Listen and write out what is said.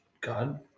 God